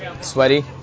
Sweaty